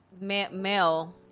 male